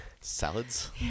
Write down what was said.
Salads